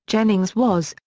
jennings was,